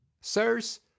Sirs